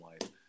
life